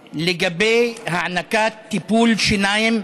(תיקון, מתן טיפולי שיניים,